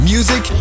Music